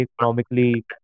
economically